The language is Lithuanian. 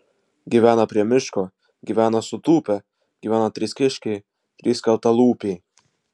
gyveno prie miško gyveno sutūpę gyveno trys kiškiai trys skeltalūpiai